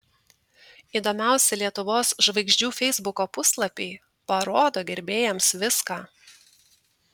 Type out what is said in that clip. įdomiausi lietuvos žvaigždžių feisbuko puslapiai parodo gerbėjams viską